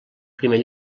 primer